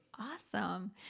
Awesome